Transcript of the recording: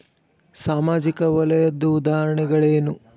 ಸಾಮಾಜಿಕ ವಲಯದ್ದು ಉದಾಹರಣೆಗಳೇನು?